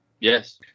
Yes